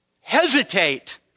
hesitate